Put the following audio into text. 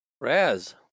Raz